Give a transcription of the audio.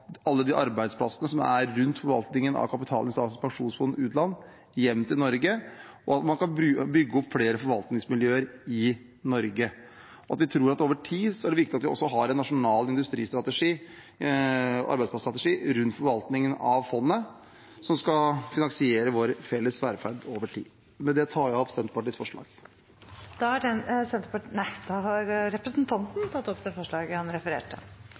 alle de arbeidsplassene som er rundt forvaltningen av kapitalen til Statens pensjonsfond utland, hjem til Norge, og at man kan bygge opp flere forvaltningsmiljøer i Norge. Vi tror at det over tid er viktig at vi også har en nasjonal industristrategi, arbeidsplasstrategi, rundt forvaltningen av fondet som skal finansiere vår felles velferd over tid. Med det tar jeg opp Senterpartiets forslag. Da har representanten Trygve Slagsvold Vedum tatt opp de forslagene han refererte